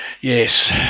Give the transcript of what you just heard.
Yes